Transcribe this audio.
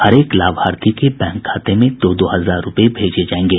हरेक लाभार्थी के बैंक खाते में दो दो हजार रूपये भेजे जायेंगे